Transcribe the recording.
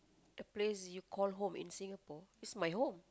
the place you call home in Singapore is my home